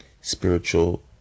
spiritual